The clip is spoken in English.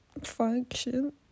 function